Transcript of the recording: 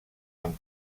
amb